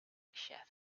chef